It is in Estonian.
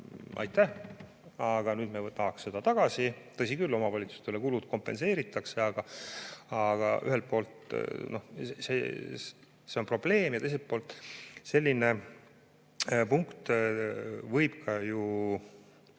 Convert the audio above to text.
aitäh, aga nüüd me tahaks seda tagasi. Tõsi küll, omavalitsustele kulud kompenseeritakse, aga ühelt poolt see on probleem ja teiselt poolt selline punkt võib